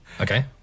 Okay